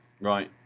Right